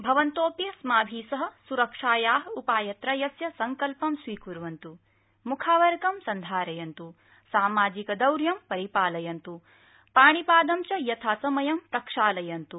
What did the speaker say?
भवन्तोऽपि अस्माभि सह सुरक्षाया उपायत्रयस्य सङ्कल्पं स्वीकुर्वन्तु मुखावरकं सन्धारयन्तु सामाजिकदौर्यं परिपालयन्तु पाणिपादं च यथासमयं प्रक्षालयन्तु